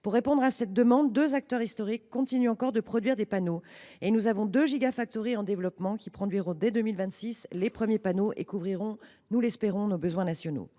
Pour répondre à cette demande, deux acteurs historiques continuent de produire des panneaux et deux sont en développement – elles produiront dès 2026 leurs premiers panneaux et couvriront, nous l’espérons, nos besoins nationaux.